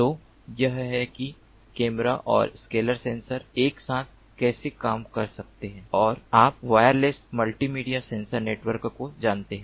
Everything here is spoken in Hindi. तो यह है कि कैमरा और स्केलर सेंसर एक साथ कैसे काम कर सकते हैं आप वायरलेस मल्टीमीडिया सेंसर नेटवर्क को जानते हैं